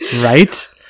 Right